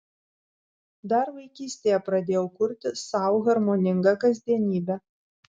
dar vaikystėje pradėjau kurti sau harmoningą kasdienybę